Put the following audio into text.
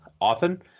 often